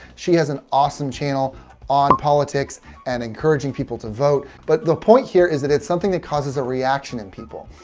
she has an awesome channel on politics and encouraging people to vote. but the point here is that it's something that causes a reaction in people.